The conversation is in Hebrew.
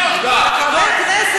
לדבר אחריה.